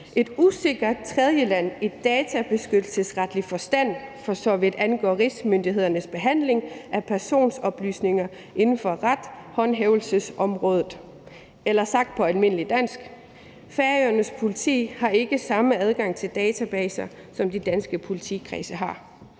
et usikkert tredjeland i databeskyttelsesretlig forstand, for så vidt angår rigsmyndighedernes behandling af personoplysninger inden for retshåndhævelsesområdet. Eller sagt på almindeligt dansk: Færøernes politi har ikke samme adgang til databaser, som de danske politikredse har.